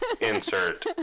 Insert